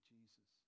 Jesus